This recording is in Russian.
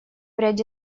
ряде